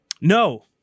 No